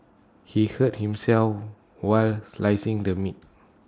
he hurt himself while slicing the meat